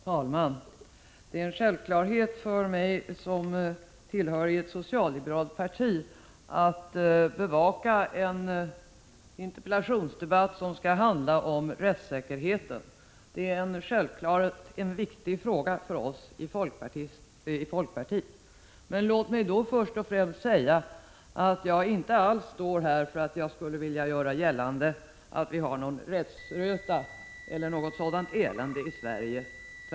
Herr talman! Det är en självklarhet för mig, som tillhör ett socialliberalt parti, att bevaka en interpellationsdebatt som skall handla om rättssäkerheten. Rättssäkerheten är en viktig fråga för oss i folkpartiet. Men låt mig först och främst säga att jag inte gått in i debatten därför att jag skulle vilja göra gällande att vi har rättsröta eller något liknande elände i Sverige.